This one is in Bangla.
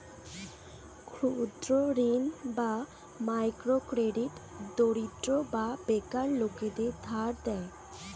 ক্ষুদ্র ঋণ বা মাইক্রো ক্রেডিট দরিদ্র বা বেকার লোকদের ধার দেয়